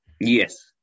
Yes